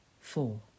Four